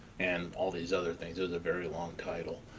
and all these other things it was a very long title.